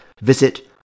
Visit